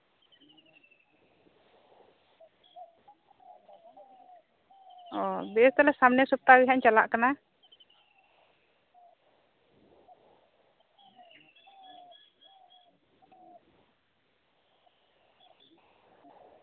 ᱚ ᱵᱮᱥ ᱛᱟᱞᱦᱮ ᱥᱟᱢᱱᱮ ᱥᱚᱯᱛᱟᱦᱚ ᱜᱮ ᱦᱟᱸᱜ ᱤᱧ ᱪᱟᱞᱟᱜ ᱠᱟᱱᱟ